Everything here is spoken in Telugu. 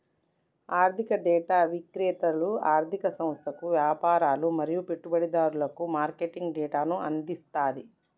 ఆర్థిక డేటా విక్రేతలు ఆర్ధిక సంస్థలకు, వ్యాపారులు మరియు పెట్టుబడిదారులకు మార్కెట్ డేటాను అందిస్తది